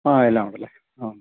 ആ എല്ലാമുണ്ടല്ലേ ആ